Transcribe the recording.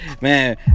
Man